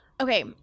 Okay